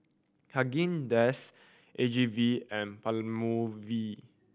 Haagen Dazs A G V and Palmolive